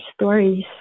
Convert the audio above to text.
stories